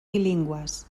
bilingües